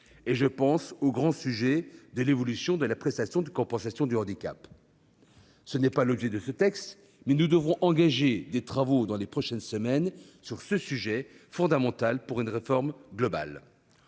; je pense au grand sujet de l'évolution de la prestation de compensation du handicap (PCH). Ce n'est pas l'objet du présent texte, mais nous devrons engager des travaux dans les prochaines semaines sur ce sujet fondamental, pour une réforme globale.